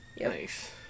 Nice